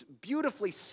beautifully